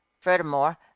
furthermore